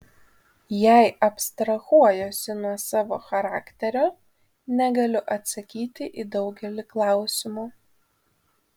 jei abstrahuojuosi nuo savo charakterio negaliu atsakyti į daugelį klausimų